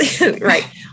right